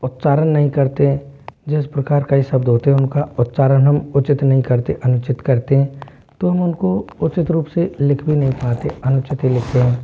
उच्चारण नहीं करते जिस प्रकार कई शब्द होते है उच्चारण हम उचित नहीं करते अनुचित करते हैं तो हम उनको उचित रूप से लिख भी नहीं पाते हैं अनुचित ही लिखते हैं